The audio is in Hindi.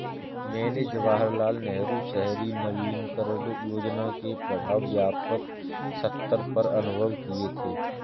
मैंने जवाहरलाल नेहरू शहरी नवीनकरण योजना के प्रभाव व्यापक सत्तर पर अनुभव किये थे